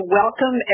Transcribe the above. welcome